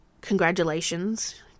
congratulations